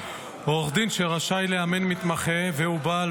עורך דין שרשאי לאמן מתמחה והוא בעל